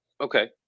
Okay